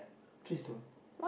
please don't